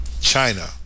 China